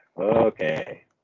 Okay